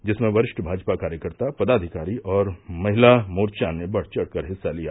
जिसमें वरिष्ठ भाजपा कार्यकर्ता पदाधिकारी और महिला मोर्चा ने बढ़ चढ़कर हिस्सा लिया